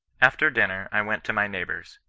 after dinner i went to my neighbour's.